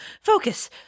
focus